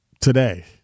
today